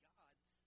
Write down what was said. God's